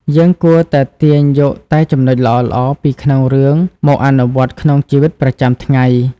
យើងគួរតែទាញយកតែចំណុចល្អៗពីក្នុងរឿងមកអនុវត្តក្នុងជីវិតប្រចាំថ្ងៃ។